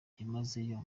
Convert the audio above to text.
byimazeyo